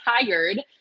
tired